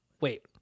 Wait